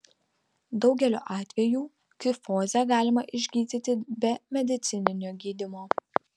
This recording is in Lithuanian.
daugeliu atvejų kifozę galima išgydyti be medicininio gydymo